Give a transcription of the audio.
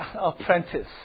apprentice